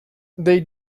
they